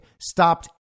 stopped